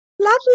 Lovely